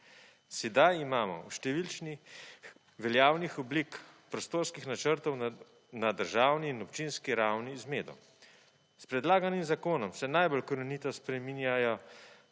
Sedaj imamo v številčnih veljavnih oblikah(?) prostorskih načrtov na državni in občinski ravni zmedo. S predlaganim zakonom se najbolj korenito spreminjajo